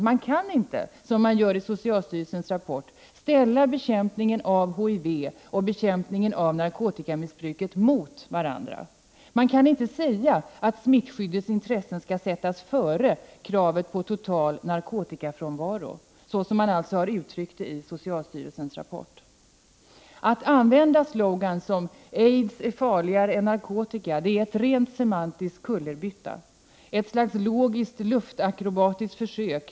Man kan inte, som görs i socialstyrelsens rapport, ställa bekämpningen av HIV och bekämpningen av narkotikamissbruket mot varandra. Man kan inte säga att smittskyddets intressen skall sättas före kravet på total narkotikafrånvaro, så som man alltså har uttryckt det i socialstyrelsens rapport. Att använda slogans som ”Aids är farligare än narkotika” är en rent semantisk kullerbytta, ett slags logiskt luftakrobatiskt försök.